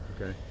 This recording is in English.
okay